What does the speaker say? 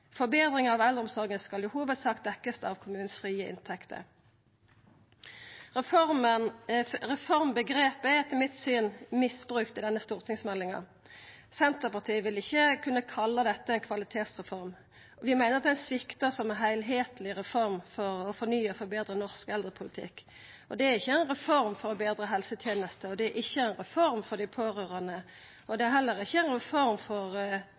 eldreomsorga skal i hovudsak dekkjast av kommunen sine frie inntekter. Reformomgrepet er etter mitt syn misbrukt i denne stortingsmeldinga. Senterpartiet vil ikkje kunne kalla dette ei kvalitetsreform. Vi meiner at ho sviktar som ei heilskapleg reform for å fornya og forbetra norsk eldrepolitikk. Dette er ikkje ei reform for å betra helsetenesta, det er ikkje ei reform for dei pårørande, og det er heller ikkje ei reform for